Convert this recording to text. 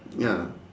ya